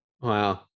Wow